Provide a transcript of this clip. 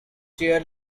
chair